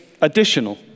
additional